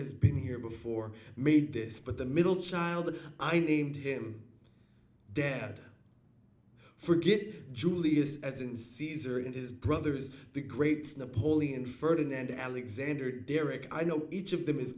has been here before made this but the middle child i named him dad for good julie is as in caesar and his brothers the greats napoleon ferdinand alexander derek i know each of them is